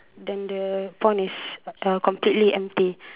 then the pond is uh completely empty